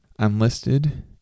Unlisted